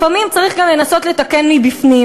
לפעמים צריך גם לנסות לתקן מבפנים,